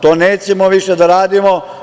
To nećemo više da radimo.